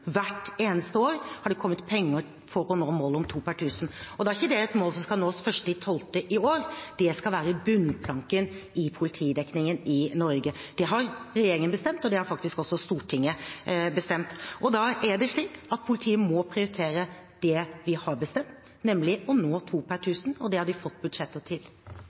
Hvert eneste år har det kommet penger for å nå målet om to per tusen. Det er ikke et mål som skal nås 1. desember i år. Det skal være bunnplanken i politidekningen i Norge. Det har regjeringen bestemt, og det har faktisk også Stortinget bestemt. Da må politiet prioritere det vi har bestemt, nemlig å nå to per tusen. Det har de fått budsjetter til.